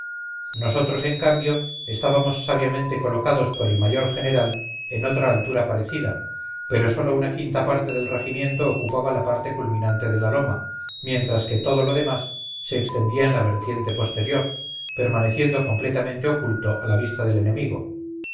nosotros en cambio estábamos sabiamente colocados por el mayor general en otra altura parecida pero sólo una quinta parte del regimiento ocupaba la parte culminante de la loma mientras que todo lo demás se extendía en la vertiente posterior permaneciendo completamente oculto a la vista del enemigo